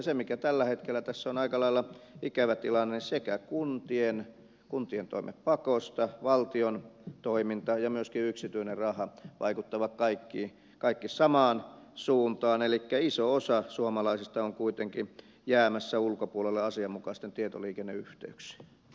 se mikä tällä hetkellä tässä on aika lailla ikävä tilanne on se että sekä kuntien toimet pakosta valtion toiminta että myöskin yksityinen raha vaikuttavat kaikki samaan suuntaan elikkä iso osa suomalaisista on kuitenkin jäämässä asianmukaisten tietoliikenneyhteyksien ulkopuolelle